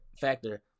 factor